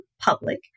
public